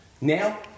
now